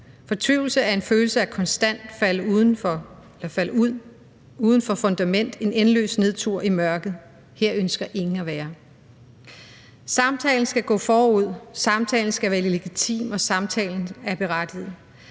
at falde udenfor, at falde ud, at falde uden for fundamentet, af en endeløs nedtur i mørke. Her ønsker ingen at være. Samtalen skal gå forud, samtalen skal være legitim, og samtalen er berettiget.